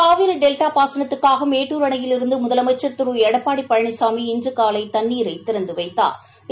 காவிரி டெவ்டா பாசனத்துக்காக மேட்டுர் அணையிலிருந்து முதலமைச்ச் திரு எடப்பாடி பழனிசாமி இன்று காலை தண்ணீரை திறந்து வைத்தாா்